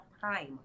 time